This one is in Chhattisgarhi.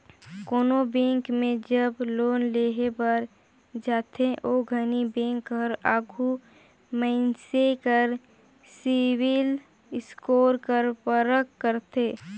कोनो बेंक में जब लोन लेहे बर जाथे ओ घनी बेंक हर आघु मइनसे कर सिविल स्कोर कर परख करथे